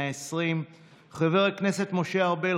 120. חבר הכנסת משה ארבל,